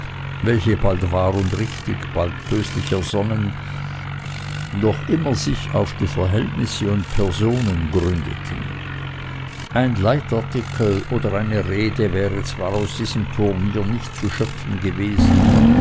welche bald wahr und richtig bald böslich ersonnen doch immer sich auf die verhältnisse und personen gründeten ein leitartikel oder eine rede wäre zwar aus diesem turnier nicht zu schöpfen gewesen